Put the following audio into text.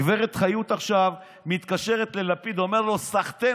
הגברת חיות עכשיו מתקשרת ללפיד אומרת לו: סחתיין,